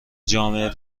جامعه